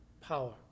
power